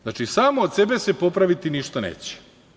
Znači, samo od sebe se popraviti ništa neće.